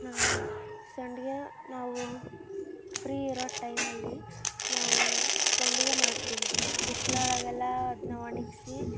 ಸಂಡ್ಗಿ ನಾವು ಫ್ರೀ ಇರೋ ಟೈಮಲ್ಲಿ ನಾವು ಸಂಡಿಗೆ ಮಾಡ್ತೀವಿ ಬಿಸಿಳೊಳಗೆಲ್ಲ ಅದನ್ನ ಒಣಗ್ಸಿ